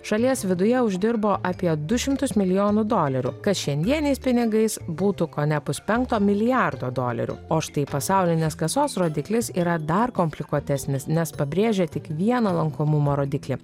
šalies viduje uždirbo apie du šimtus milijonų dolerių kas šiandieniais pinigais būtų kone puspenkto milijardo dolerių o štai pasaulinės kasos rodiklis yra dar komplikuotesnis nes pabrėžia tik vieną lankomumo rodiklį